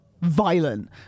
violent